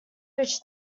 rich